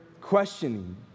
questioning